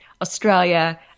Australia